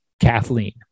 Kathleen